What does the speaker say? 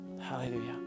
Hallelujah